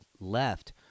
left